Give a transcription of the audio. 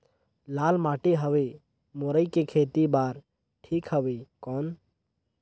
लाल माटी हवे मुरई के खेती बार ठीक हवे कौन?